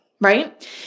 right